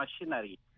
machinery